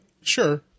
sure